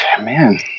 Man